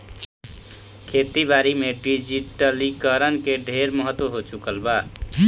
खेती बारी में डिजिटलीकरण के ढेरे महत्व हो चुकल बा